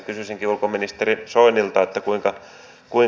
kysyisinkin ulkoministeri soinilta